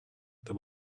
there